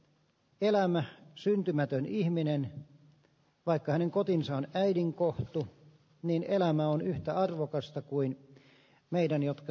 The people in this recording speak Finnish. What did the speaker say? elämän syntymätön ihminen vaikka hänen kotinsa on äidin kohtu neljä elämä on yhtä arvokasta kuin meidän jotka